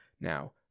now